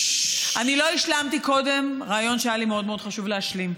אני לא השלמתי קודם רעיון שהיה לי מאוד מאוד חשוב להשלים.